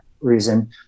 reason